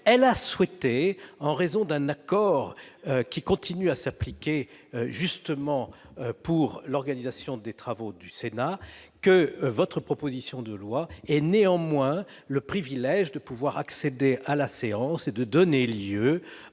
elle a souhaité, en raison d'un accord qui continue à s'appliquer justement pour l'organisation des travaux du Sénat, que votre proposition de loi ait le privilège de pouvoir accéder à la séance et de donner lieu